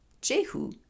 Jehu